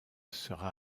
sera